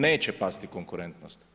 Neće pasti konkurentnost.